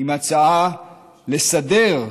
עם הצעה 'לסדר'